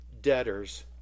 debtors